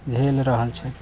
झेल रहल छै